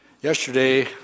Yesterday